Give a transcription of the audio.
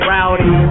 Rowdy